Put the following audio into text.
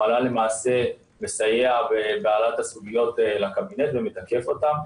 המל"ל למעשה מסייע בהעלאת הסוגיות לקבינט ומתקף אותן,